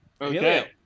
Okay